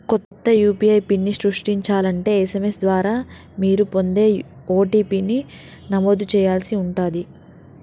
కొత్త యూ.పీ.ఐ పిన్ని సృష్టించాలంటే ఎస్.ఎం.ఎస్ ద్వారా మీరు పొందే ఓ.టీ.పీ ని నమోదు చేయాల్సి ఉంటాది